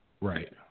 Right